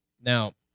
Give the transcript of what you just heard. Now